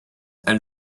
and